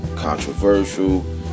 Controversial